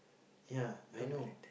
ya I know